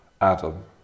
Adam